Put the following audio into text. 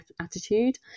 attitude